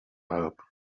help